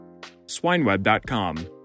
SwineWeb.com